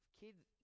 kids